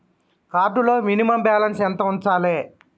Card లో minimum balance ఎంత ఉంచాలే?